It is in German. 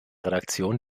redaktion